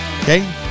okay